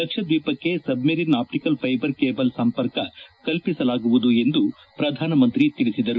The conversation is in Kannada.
ಲಕ್ಷದ್ವೀಪಕ್ಕೆ ಸಬ್ಮರೀನ್ ಆಪ್ಟಿಕಲ್ ಫೈಬರ್ ಕೇಬಲ್ ಸಂಪರ್ಕ ಕಲ್ಪಿಸಲಾಗುವುದು ಎಂದು ಪ್ರಧಾನಮಂತ್ರಿ ತಿಳಿಸಿದರು